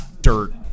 dirt